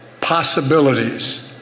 possibilities